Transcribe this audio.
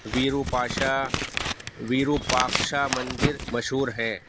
بیرو پاشا ویرو پاکشا مندر مشہور ہیں